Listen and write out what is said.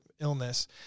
illness